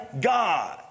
God